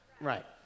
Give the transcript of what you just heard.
Right